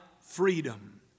freedom